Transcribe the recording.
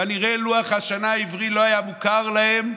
כנראה לוח השנה העברי לא היה מוכר להם,